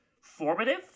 formative